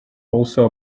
also